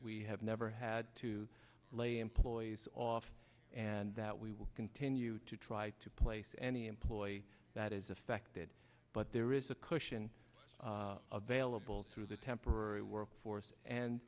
we have never had to lay employees off and that we will continue to try to place any employee that is affected but there is a cushion available through the temporary work